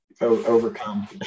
overcome